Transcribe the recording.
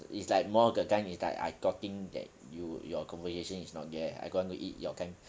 it's like more the time it's like I talking then you your conversation is not there I going to eat your time